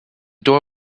door